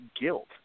guilt